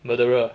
murderer